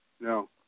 No